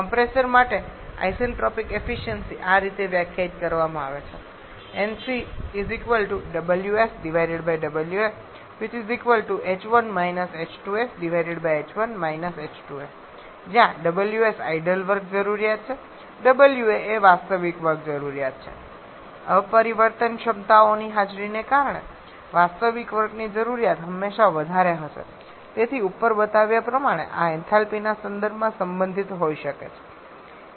compressor માટે isentropic efficiency આ રીતે વ્યાખ્યાયિત કરવામાં આવી છે જ્યાં ws આઇડલ વર્ક જરૂરિયાત છે wa એ વાસ્તવિક વર્ક જરૂરિયાત છે અપરિવર્તનક્ષમતાઓની હાજરીને કારણે વાસ્તવિક વર્કની જરૂરિયાત હંમેશા વધારે હશે તેથી ઉપર બતાવ્યા પ્રમાણે આ એન્થાલ્પીના સંદર્ભમાં સંબંધિત હોઈ શકે છે